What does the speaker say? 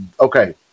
okay